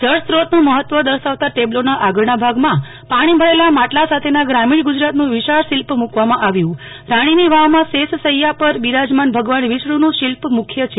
જળસ્ત્રોતનું મહત્વ દર્શાવતા ટેબ્લોના આગળના ભાગમાં પાણી ભરેલા માટલા સાથેના ગ્રામીણ ગુજરાતનું વિશાળ શિલ્પ મુક્વામાં આવ્યુ હતું રાણીની વાવમાં શેષ શૈયા પર બિરાજમાન ભગવાન વિષ્ણુનુ શિલ્પ મુખ્ય છે